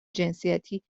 جنسیتی